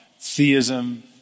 theism